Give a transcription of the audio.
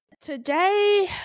today